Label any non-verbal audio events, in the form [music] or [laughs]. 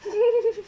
[laughs]